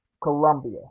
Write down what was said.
Colombia